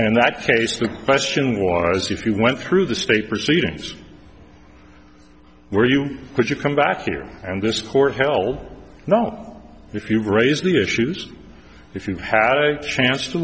and that case the question was if you went through the state proceedings were you could you come back here and this court held not if you raise new issues if you had a chance to